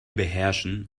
beherrschen